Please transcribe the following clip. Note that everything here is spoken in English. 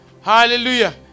Hallelujah